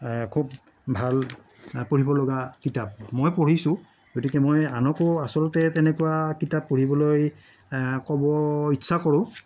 খুব ভাল পঢ়িব লগা কিতাপ মই পঢ়িছোঁ গতিকে মই আনকো আচলতে তেনেকুৱা কিতাপ পঢ়িবলৈ ক'ব ইচ্ছা কৰোঁ